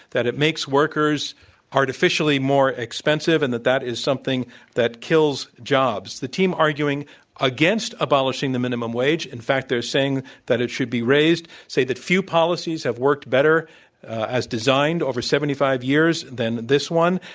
that it makes workers artificially more expensive, and that that is something that kills jobs. the team arguing against abolishing the minimum wage in fact, they're saying that it should be raised, say that few policies have worked better as designed, over seventy five years, than this one.